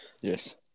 Yes